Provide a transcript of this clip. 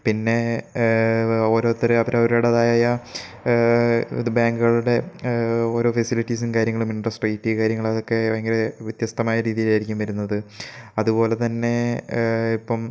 പിന്നെ ഓരോരുത്തർ അവരവരുടേതായ ഇത് ബാങ്കുകളുടെ ഓരോ ഫെസിലിറ്റീസും കാര്യങ്ങളും ഇൻട്രസ്റ്റ് റേയ്റ്റ് കാര്യങ്ങൾ അതൊക്കെ ഭയങ്കര വ്യത്യസ്തമായ രീതിയിലായിരിക്കും വരുന്നത് അതുപോലെ തന്നെ ഇപ്പം